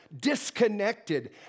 disconnected